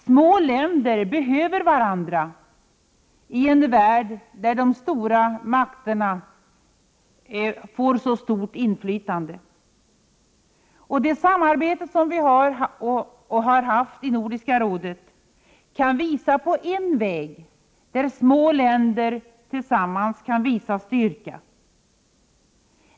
Små länder behöver varandra i en värld där de stora länderna har så stort inflytande. Det samarbete som vi har, och har haft, inom Nordiska rådet kan visa på en väg för små länder att tillsammans visa styrka.